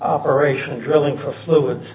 operation drilling for fluids